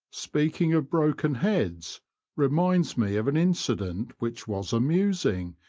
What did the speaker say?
speaking of broken heads reminds me of an incident which was amusing,